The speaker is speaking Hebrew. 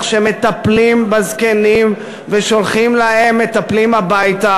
שמטפלים בזקנים ושולחים להם מטפלים הביתה,